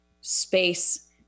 space